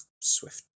Swift